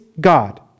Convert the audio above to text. God